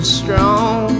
strong